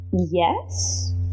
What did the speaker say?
Yes